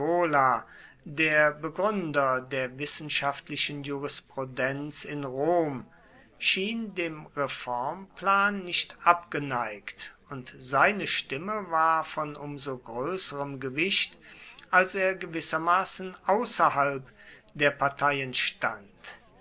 der begründer der wissenschaftlichen jurisprudenz in rom schien dem reformplan nicht abgeneigt und seine stimme war von um so größerem gewicht als er gewissermaßen außerhalb der parteien stand